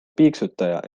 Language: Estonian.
piiksutaja